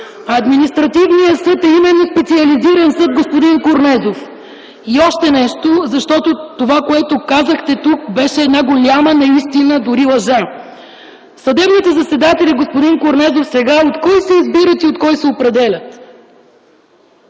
Административният съд е именно специализиран съд, господин Корнезов. И още нещо, защото онова, което казахте тук, беше голяма неистина, дори лъжа. Съдебните заседатели, господин Корнезов, от кой се избират сега и от кой се определят?